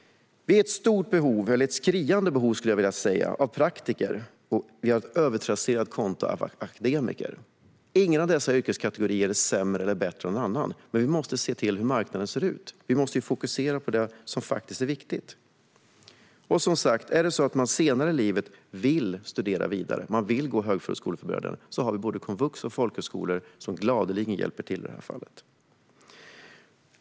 Det råder ett skriande behov av praktiker, och vi har ett övertrasserat konto av akademiker. Ingen av dessa yrkeskategorier är sämre eller bättre än någon annan, men vi måste se på hur marknaden ser ut. Vi måste fokusera på det som faktiskt är viktigt. Om man senare i livet vill studera vidare, man vill få högskoleförberedande undervisning, finns både komvux och folkhögskolor som gladeligen hjälper till. Fru talman!